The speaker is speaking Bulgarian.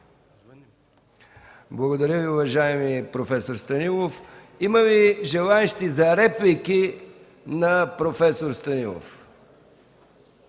Благодаря Ви, уважаеми проф. Станилов. Има ли желаещи за реплики на проф. Станилов?